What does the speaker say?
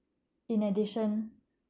in addition